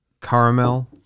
caramel